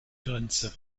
grenze